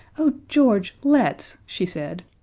oh, george, let's, she said.